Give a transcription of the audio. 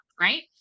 right